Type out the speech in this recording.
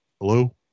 hello